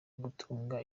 gutunga